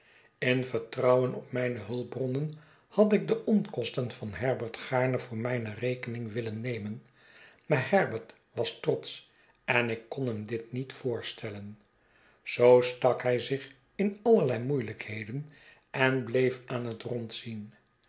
in vertrouwen op mijne hulpbronnen had ik de onkosten van herbert gaarne voor mijne rekening willen nemen maar herbert was trotsch en ik kon hem dit niet voorstellen zoo stak hij zich in allerlei moeielijkheden en bleef aan het rondzien